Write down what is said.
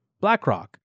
BlackRock